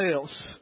else